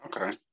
Okay